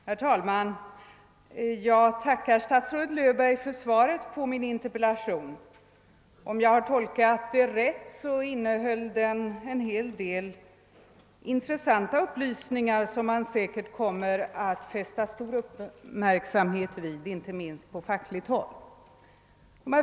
Herr talman! Jag tackar statsrådet Löfberg för svaret på min interpellation. Om jag har tolkat det riktigt innehåller det en hel del intressanta upplysningar som man säkert kommer att fästa stor uppmärksamhet vid, inte minst från fackligt håll.